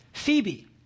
phoebe